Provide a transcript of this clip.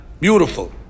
Beautiful